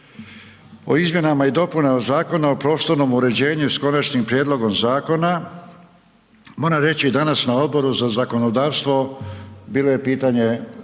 o izmjenama i dopunama Zakona o prostornom uređenju s Konačnim prijedlogom zakona, moram reći danas na Odboru za zakonodavstvo bilo je pitanje vezano